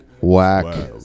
whack